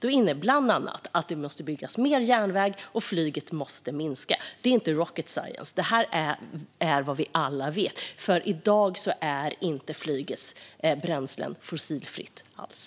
Det innebär bland annat att det måste byggas mer järnväg och att flyget måste minska. Det är inte rocket science. Det är vad vi alla vet. I dag är flygets bränslen inte fossilfria alls.